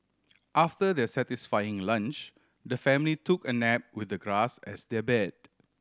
after their satisfying lunch the family took a nap with the grass as their bed